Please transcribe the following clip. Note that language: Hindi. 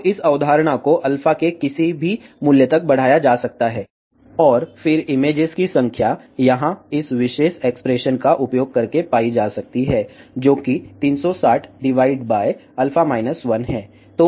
तो इस अवधारणा को α के किसी भी मूल्य तक बढ़ाया जा सकता है और फिर इमेजेस की संख्या यहाँ इस विशेष एक्सप्रेशन का उपयोग करके पाई जा सकती है जो कि 360 α 1 है